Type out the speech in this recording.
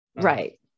Right